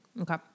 Okay